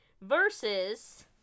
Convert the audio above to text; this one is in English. Versus